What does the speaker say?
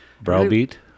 Browbeat